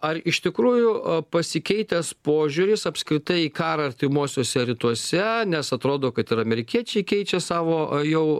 ar iš tikrųjų pasikeitęs požiūris apskritai į karą artimuosiuose rytuose nes atrodo kad ir amerikiečiai keičia savo jau